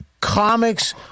comics